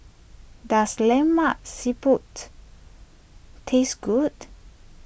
does Lemak Siput taste good